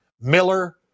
miller